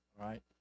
right